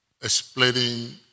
explaining